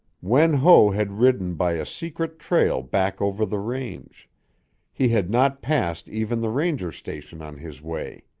wen ho had ridden by a secret trail back over the range he had not passed even the ranger station on his way.